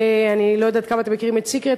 אני לא יודעת כמה אתם מכירים את "סיקרט",